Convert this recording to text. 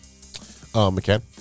McCann